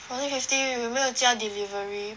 fourteen fifty 有没有加 delivery